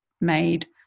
made